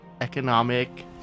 economic